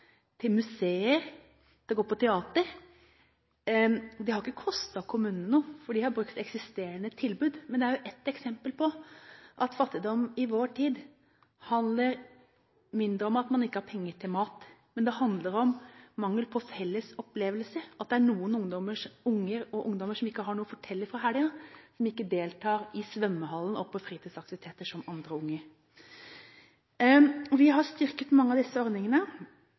svømmehall, museer og teater. Det har ikke kostet kommunen noe, for de har brukt eksisterende tilbud, men det er jo ett eksempel på at fattigdom i vår tid handler mindre om at man ikke har penger til mat. Det handler om mangel på felles opplevelser, at det er noen unger og ungdommer som ikke har noe å fortelle fra helgen, som ikke deltar i svømmehallen og på fritidsaktiviteter, sånn som andre unger. Vi har styrket mange av disse ordningene,